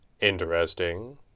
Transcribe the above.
Interesting